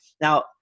Now